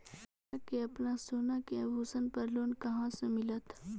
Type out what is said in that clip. हमरा के अपना सोना के आभूषण पर लोन कहाँ से मिलत?